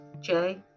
Jay